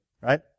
right